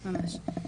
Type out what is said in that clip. ממש.